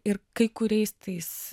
ir kai kuriais tais